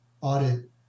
audit